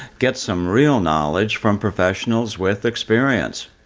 get some real knowledge from professionals with experience.